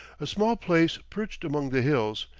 a small place perched among the hills,